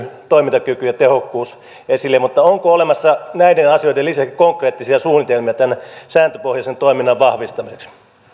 toimintakyky ja tehokkuus esille mutta onko olemassa näiden asioiden lisäksi konkreettisia suunnitelmia tämän sääntöpohjaisen toiminnan vahvistamiseksi